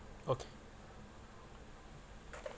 okay